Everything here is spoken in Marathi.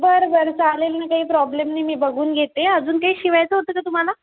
बरं बरं चालेल ना काही प्रॉब्लेम नाही मी बघून घेते अजून काही शिवायचं होतं का तुम्हाला